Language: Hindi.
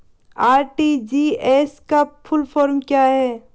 आर.टी.जी.एस का फुल फॉर्म क्या है?